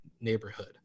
neighborhood